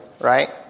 right